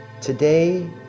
Today